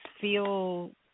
feel